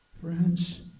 Friends